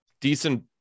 decent